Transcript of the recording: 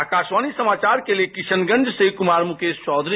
आकाशवाणी समाचार के लिए किशनगंज से कुमार मुकेश चौधरी